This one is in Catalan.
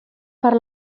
per